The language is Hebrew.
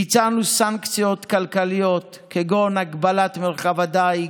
ביצענו סנקציות כלכליות, כגון הגבלת מרחב הדיג,